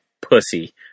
pussy